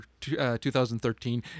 2013